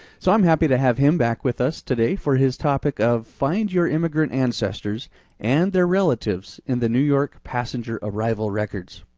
so i'm happy to have him back with us today for his topic of find your immigrant ancestors and their relatives and the new york passenger arrival records.